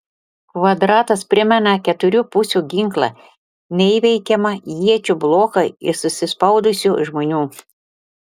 kvadratas primena keturių pusių ginklą neįveikiamą iečių bloką iš susispaudusių žmonių